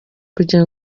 kugira